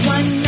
One